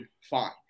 fine